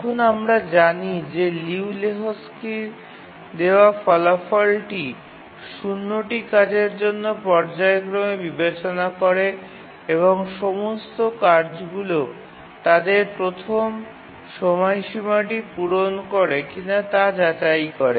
এখন আমরা জানি যে লিউ লেহোকস্কির দেওয়া ফলাফলটি ০ টি কাজের জন্য পর্যায়ক্রমে বিবেচনা করে এবং সমস্ত কাজগুলি তাদের প্রথম সময়সীমাটি পূরণ করে কিনা তা যাচাই করে